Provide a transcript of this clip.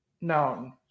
known